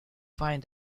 find